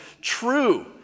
true